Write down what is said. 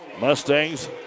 Mustangs